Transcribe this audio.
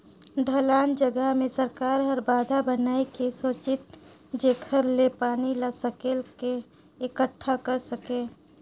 ढलान जघा मे सरकार हर बंधा बनाए के सेचित जेखर ले पानी ल सकेल क एकटठा कर सके